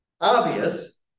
obvious